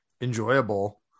enjoyable